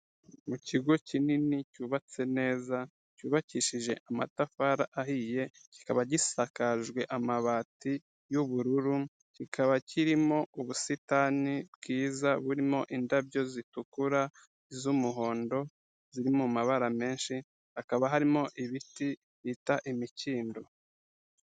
Mu kigo kinini cyubatse neza cyubakishije amatafari ahiye, kikaba gisakajwe amabati y'ubururu, kikaba kirimo ubusitani bwiza burimo indabyo zitukura, iz'umuhondo ziri mu mabara menshi, hakaba harimo ibiti bita imikindo.